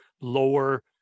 lower